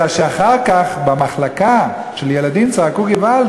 אלא שאחר כך במחלקת ילדים צעקו געוואלד,